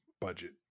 budget